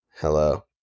hello